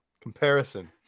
comparison